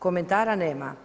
Komentara nema.